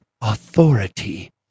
authority